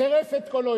צירף את קולו.